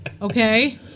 Okay